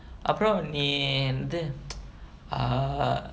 அப்றம் நீயந்து:apram neeyanthu err